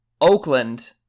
Oakland